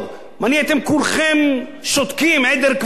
מה נהייתם כולכם שותקים, עדר כבשים?